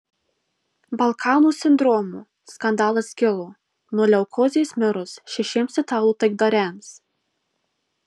balkanų sindromo skandalas kilo nuo leukozės mirus šešiems italų taikdariams